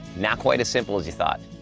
not quite as simple as you thought.